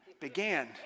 began